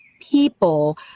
people